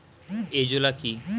Azolla কি?